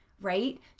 right